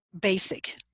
basic